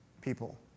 people